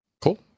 Cool